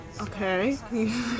Okay